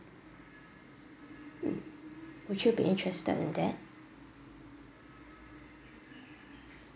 mm would you be interested in that